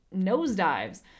nosedives